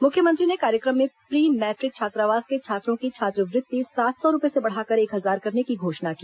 मुख्यमंत्री ने कार्यक्रम में प्री मैट्रिक छात्रावास के छात्रों की छात्रवृत्ति सात सौ रूपए से बढ़ाकर एक हजार करने की घोषणा की